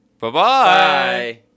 Bye-bye